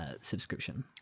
subscription